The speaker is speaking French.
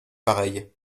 pareilles